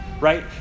right